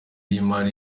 y’imari